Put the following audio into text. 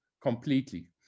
completely